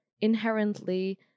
inherently